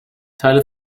teile